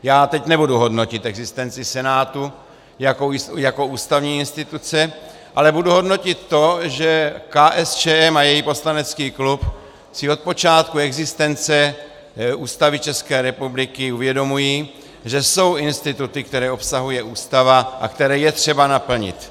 Já teď nebudu hodnotit existenci Senátu jako ústavní instituce, ale budu hodnotit to, že KSČM a její poslanecký klub si od počátku existence Ústavy České republiky uvědomují, že jsou instituty, které obsahuje Ústava a které je třeba naplnit.